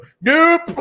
nope